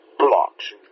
Blocks